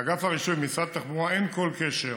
לאגף הרישוי במשרד התחבורה אין כל קשר